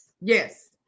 Yes